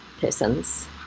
person's